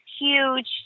huge